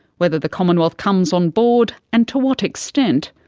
whether the commonwealth comes on board, and to what extent,